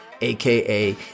aka